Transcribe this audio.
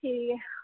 ठीक ऐ